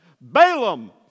Balaam